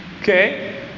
okay